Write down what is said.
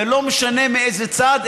ולא משנה מאיזה צד,